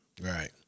Right